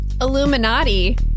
Illuminati